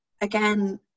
again